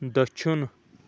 دٔچھُن